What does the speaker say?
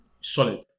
solid